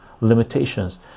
limitations